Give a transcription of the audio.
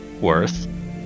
worth